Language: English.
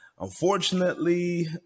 unfortunately